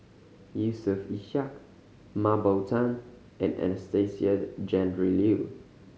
Yusof Ishak Mah Bow Tan and Anastasia Tjendri Liew